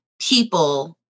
people